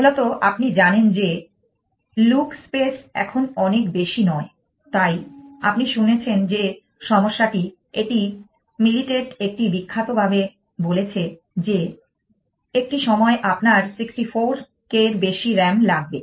মূলত আপনি জানেন যে লুক স্পেস এখন অনেক বেশি নয় তাই আপনি শুনেছেন যে সমস্যাটি এটি মিলিটেট একটি বিখ্যাতভাবে বলেছে যে একটি সময় আপনার 64 k এর বেশি RAM লাগবে